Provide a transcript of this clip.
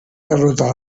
derrotar